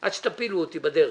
עד שתפילו אותי בדרך.